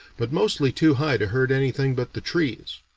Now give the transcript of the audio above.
but mostly too high to hurt anything but the trees.